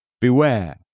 Beware